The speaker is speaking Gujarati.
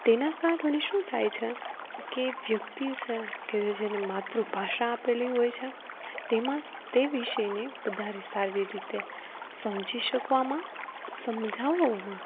તેના કારણે શું થાય છે કે વ્યક્તિ છે કે જેને માતૃ ભાષા આપેલી હોય છે તેમાં તે વિષયને વધારે સારી રીતે સમજી શકવામાં સમજાવવામાં